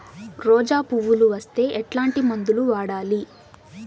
రోజా పువ్వులు వస్తే ఎట్లాంటి మందులు వాడాలి?